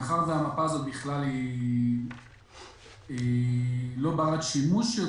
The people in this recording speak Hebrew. מאחר שהמפה בכלל לא בת שימוש,